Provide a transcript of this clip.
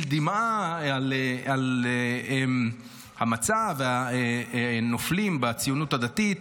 דמעה על המצב ועל הנופלים בציונות הדתית,